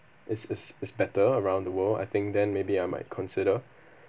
is is is better around the world I think then maybe I might consider